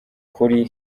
kuri